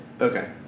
Okay